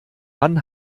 dann